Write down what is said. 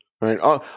Right